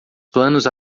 planos